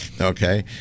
Okay